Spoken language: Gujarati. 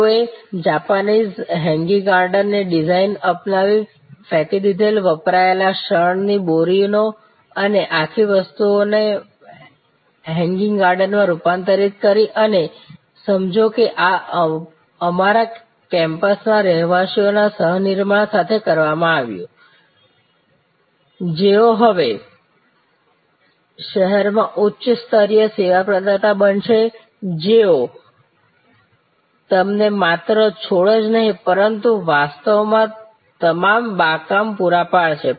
તેઓએ જાપાનીઝ હેંગિંગ ગાર્ડનની ડિઝાઇન અપનાવી ફેંકી દીધેલ વપરાયેલી શણની બોરીઓ અને આખી વસ્તુને હેંગિંગ ગાર્ડનમાં રૂપાંતરિત કરી અને સમજો કે આ અમારા કેમ્પસના રહેવાસીઓના સહ નિર્માણ સાથે કરવામાં આવ્યું જેઓ હવે શહેર માં ઉચ્ચ સ્તરીય સેવા પ્રદાતા બનશે જેઓ તમને માત્ર છોડ જ નહીં પરંતુ વાસ્તવમાં તમામ બાગકામ પૂરા પાડશે